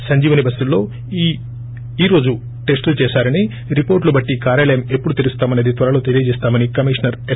సంజీవని బస్సుల్లో ఈ రోజు టెస్టులు చేసారని రిపోర్టులు బట్టి కార్యాలయం ఎప్పుడు తెరుస్తామన్నది త్వరలో తెలియజేస్తామని కమిషనర్ ఎస్